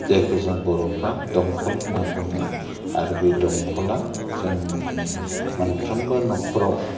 जायखौ जों बर'फ्रा दमखल होननानै बुङो आरो बे दमखला जोंनि मोनफ्रोमबो नखराव